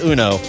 Uno